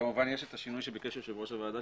וכמובן יש את השינוי שביקש יושב ראש הוועדה,